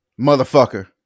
Motherfucker